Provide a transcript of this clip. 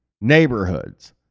neighborhoods